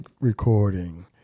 recording